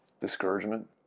discouragement